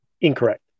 incorrect